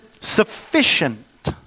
sufficient